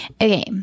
Okay